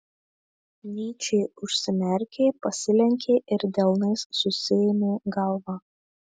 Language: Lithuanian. nyčė užsimerkė pasilenkė ir delnais susiėmė galvą